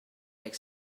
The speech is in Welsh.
deg